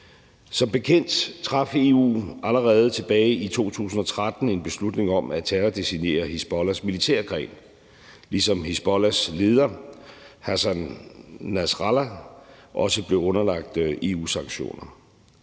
Som bekendt traf EU allerede tilbage i 2013 en beslutning om at terrordesignere Hizbollahs militære gren, ligesom Hizbollahs leder, Hassan Nasrallah, også blev underlagt EU-sanktioner.